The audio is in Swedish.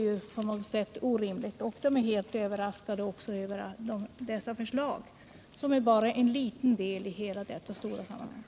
Jag är överraskad över detta orimliga förslag, som dock bara är en liten del i det stora sammanhanget.